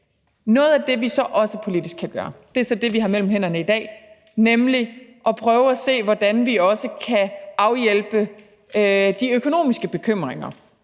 Noget af det, vi så også kan gøre politisk, og det er så det, vi har mellem hænderne i dag, er at prøve at se, hvordan vi også kan afhjælpe de økonomiske bekymringer,